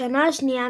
בשנה השנייה,